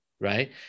right